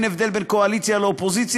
אין הבדל בין קואליציה לאופוזיציה,